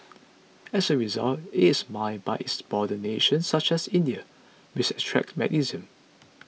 as a result it is mined by its border nations such as India which extracts magnesium